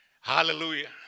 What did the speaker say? Hallelujah